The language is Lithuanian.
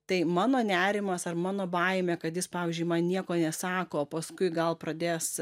tai mano nerimas ar mano baimė kad jis pavyzdžiui man nieko nesako o paskui gal pradės